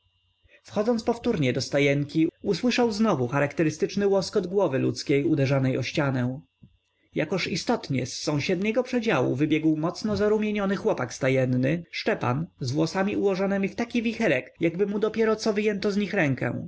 wchodząc powtórnie do stajenki usłyszał znowu charakterystyczny łoskot głowy ludzkiej uderzanej o ścianę jakoż istotnie z sąsiedniego przedziału wybiegł mocno zarumieniony chłopak stajenny szczepan z włosami ułożonemi w taki wicherek jakby mu dopieroco wyjęto z nich rękę